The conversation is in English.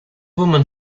woman